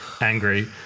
angry